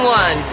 one